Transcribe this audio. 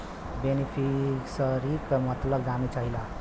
बेनिफिसरीक मतलब जाने चाहीला?